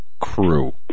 crew